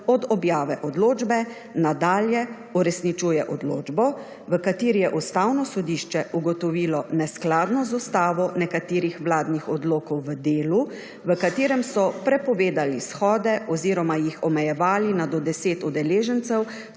od objave odločbe, nadalje uresničuje odločbo, v kateri je Ustavno sodišče ugotovilo neskladnost z Ustavo nekaterih vladnih odlokov v delu, v katerem so prepovedali shode oziroma jih omejevali na do deset udeležencev,